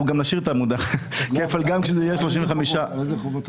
אנחנו נשאיר את המונח כפל גם כשזה יהיה 35%. על איזה חובות מדובר?